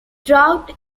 throughout